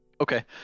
Okay